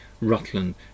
Rutland